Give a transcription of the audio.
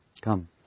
come